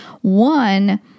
One